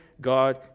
God